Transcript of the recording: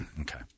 Okay